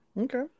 Okay